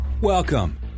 Welcome